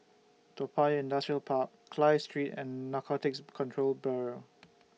Toa Payoh Industrial Park Clive Street and Narcotics Control Bureau